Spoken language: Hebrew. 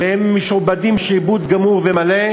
והם משועבדים שעבוד גמור ומלא,